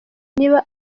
niba